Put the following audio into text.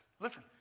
Listen